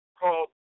called